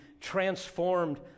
transformed